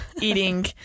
eating